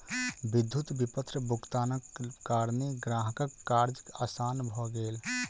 विद्युत विपत्र भुगतानक कारणेँ ग्राहकक कार्य आसान भ गेल